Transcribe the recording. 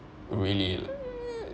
really